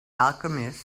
alchemist